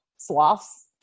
Sloths